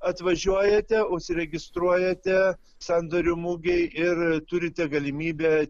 atvažiuojate užsiregistruojate sandorių mugėj ir turite galimybę